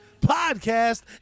podcast